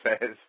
says